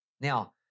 Now